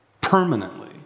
permanently